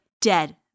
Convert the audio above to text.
dead